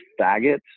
faggots